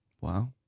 Wow